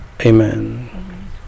Amen